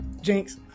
Jinx